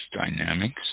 dynamics